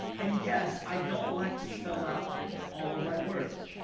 and yes, i don't like to spell out all of my words.